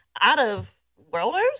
out-of-worlders